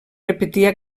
repetia